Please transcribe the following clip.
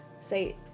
say